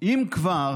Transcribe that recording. אם כבר